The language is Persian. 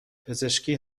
پزشکی